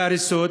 ההריסות,